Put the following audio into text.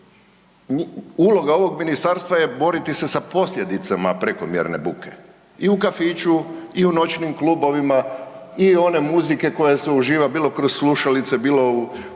uloga ovog ministarstva je boriti se sa posljedicama prekomjerne buke i u kafiću i u noćnim klubovima i one muzike koja se uživa bilo kroz slušalice, bilo u